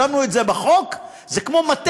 זה בלתי